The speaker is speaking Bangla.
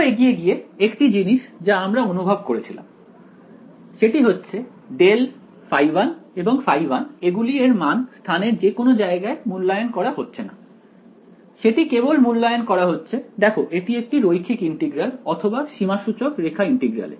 আরো এগিয়ে গিয়ে একটি জিনিস যা আমরা অনুভব করেছিলাম সেটি হচ্ছে ∇ϕ1 এবং ϕ1 এগুলি এর মান স্থানের যে কোনো জায়গায় মূল্যায়ন করা হচ্ছে না সেটি কেবল মূল্যায়ন করা হচ্ছে দেখো এটি একটি রৈখিক ইন্টিগ্রাল অথবা সীমাসূচক রেখা ইন্টিগ্রাল এ